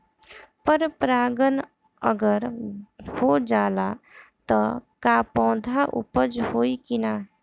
पर परागण अगर हो जाला त का पौधा उपज होई की ना?